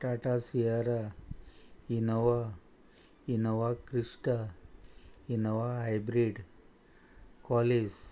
Tata C R R Innova Innova Crysta Innova hybrid Qualis